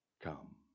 Come